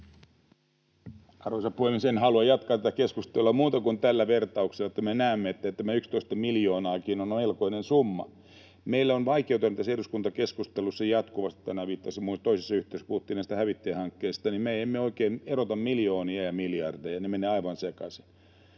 Arvoisa puhemies! En halua jatkaa tätä keskustelua muuta kuin tällä vertauksella, että me näemme, että tämä 11 miljoonaakin on melkoinen summa. Meillä on vaikeutena tässä eduskuntakeskustelussa jatkuvasti se — tänään viittasin siihen toisessa yhteydessä, puhuttiin näistä hävittäjähankkeista — että me emme oikein erota miljoonia ja miljardeja, ne menevät aivan sekaisin.